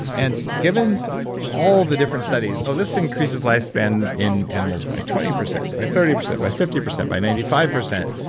and given all the different studies, oh, this increases lifespan in animals by twenty percent, by thirty percent by fifty percent by ninety five percent.